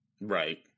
Right